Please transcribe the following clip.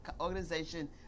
organization